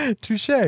Touche